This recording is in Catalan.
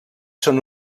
són